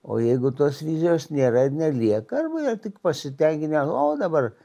o jeigu tos vizijos nėra ir nelieka arba yra tik pasitenkinę o dabar